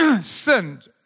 sinned